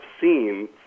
seen